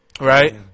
Right